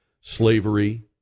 slavery